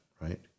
right